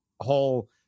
whole